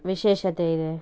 ವಿಶೇಷತೆ ಇದೆ